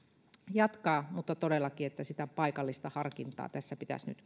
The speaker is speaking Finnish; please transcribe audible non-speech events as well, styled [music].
jatkaa mutta todellakin sitä paikallista harkintaa tässä pitäisi nyt [unintelligible]